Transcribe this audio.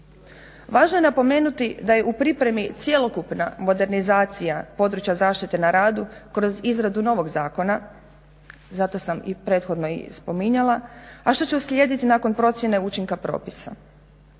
Važno je napomenuti da je u pripremi cjelokupna modernizacija područja zaštite na radu kroz izradu novog zakona zato sam i prethodno i spominjala, a što će uslijediti nakon procjene učinka propisa.